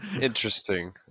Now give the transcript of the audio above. Interesting